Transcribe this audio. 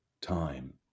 time